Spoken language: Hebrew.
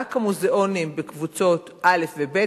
רק המוזיאונים בקבוצות א' וב',